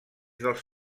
dels